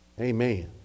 Amen